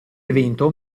evento